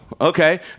Okay